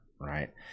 right